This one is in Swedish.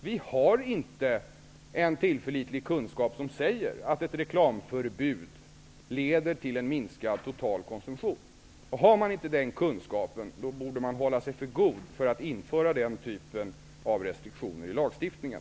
Vi har inte en tillförlitlig kunskap som säger att ett reklamförbud leder till en minskad total konsumtion. Har man inte den kunskapen borde man hålla sig för god för att införa den typen av restriktioner i lagstiftningen.